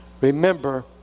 Remember